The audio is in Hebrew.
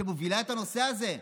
שמובילה את הנושא הזה.